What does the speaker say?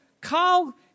Carl